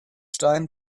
stein